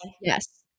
yes